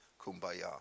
kumbaya